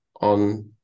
on